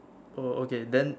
oh okay then